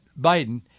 Biden